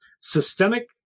Systemic